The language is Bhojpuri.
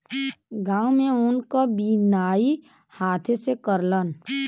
गांव में ऊन क बिनाई हाथे से करलन